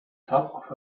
top